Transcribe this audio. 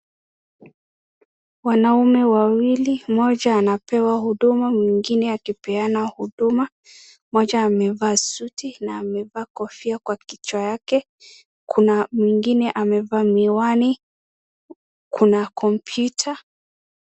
Wanaume wawili mmoja anapewa huduma mwingine akipeana huduma. Mmoja amevaa suti na amevaa kofia kwa kichwa yake. Kuna mwingine amevaa miwani. kuna computer .